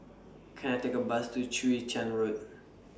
Can I Take A Bus to Chwee Chian Road